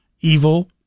evil